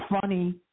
funny